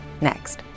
next